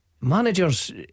managers